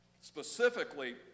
specifically